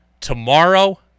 tomorrow